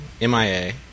MIA